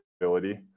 ability